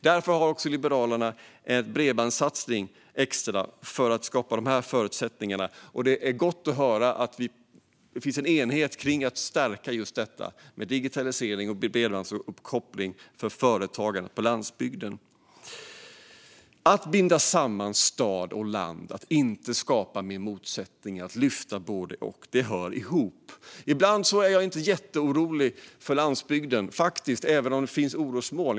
Därför har Liberalerna en bredbandssatsning för att skapa förutsättningar för detta. Det är gott att höra att det finns enighet kring att stärka just detta med digitalisering och bredbandsuppkoppling för företagare på landsbygden. Att binda samman stad och land, att inte skapa motsättningar och att lyfta båda hör ihop. Ibland är jag inte jätteorolig för landsbygden, även om det finns orosmoln.